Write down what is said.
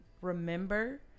remember